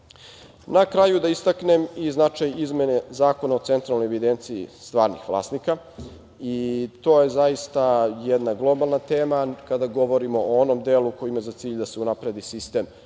kraju da istaknem i značaj izmene Zakona o centralnoj evidenciji stranih vlasnika i to je zaista jedna globalna tema kada govorimo o onom delu koji ima za cilj da se unapredi sistem